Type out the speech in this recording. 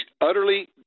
utterly